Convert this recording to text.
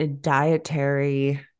dietary